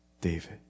David